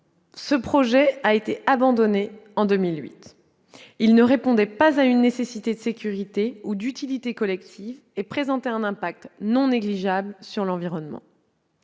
ce projet a été abandonné en 2008. Il ne répondait pas à une nécessité de sécurité ou d'utilité collective et présentait un impact non négligeable sur l'environnement.